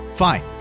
Fine